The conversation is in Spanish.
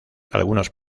algunos